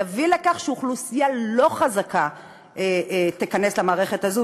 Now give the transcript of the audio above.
נביא לכך שאוכלוסייה לא חזקה תיכנס למערכת הזאת,